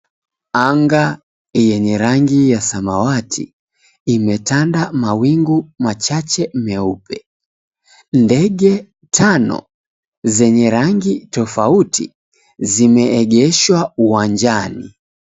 Anga yenye rangi ya samawati imetanda mawingu machache meupe. Ndege tano zenye rangi tofauti zimeegeshwa uwanjani.